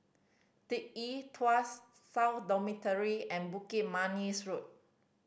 the Yew Tee Tuas South Dormitory and Bukit Manis Road